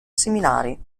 seminari